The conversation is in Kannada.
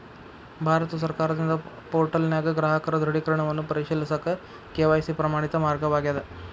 ಭಾರತ ಸರ್ಕಾರದಿಂದ ಪೋರ್ಟಲ್ನ್ಯಾಗ ಗ್ರಾಹಕರ ದೃಢೇಕರಣವನ್ನ ಪರಿಶೇಲಿಸಕ ಕೆ.ವಾಯ್.ಸಿ ಪ್ರಮಾಣಿತ ಮಾರ್ಗವಾಗ್ಯದ